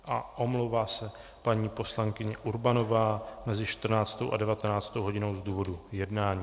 A omlouvá se paní poslankyně Urbanová mezi 14. a 19. hodinou z důvodu jednání.